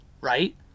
Right